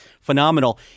phenomenal